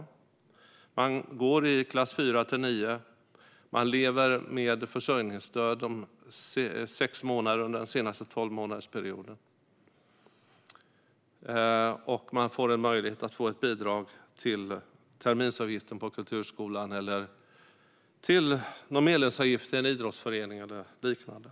Om man går i klass 4-9 och har levt med försörjningsstöd sex månader under den senaste tolvmånadersperioden får man möjlighet till ett bidrag till terminsavgiften på kulturskolan, medlemsavgiften i en idrottsförening eller liknande.